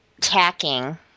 tacking